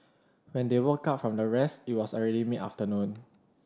when they woke up from their rest it was already mid afternoon